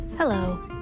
Hello